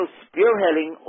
spearheading